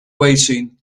waiting